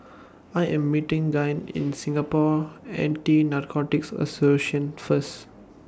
I Am meeting Gavyn in Singapore Anti Narcotics Association First